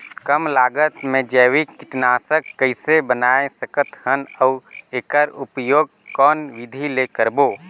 कम लागत मे जैविक कीटनाशक कइसे बनाय सकत हन अउ एकर उपयोग कौन विधि ले करबो?